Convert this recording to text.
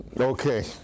Okay